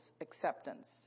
acceptance